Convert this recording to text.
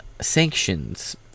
sanctions